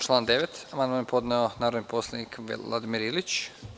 Na član 9. amandman je podneo narodni poslanik Vladimir Ilić.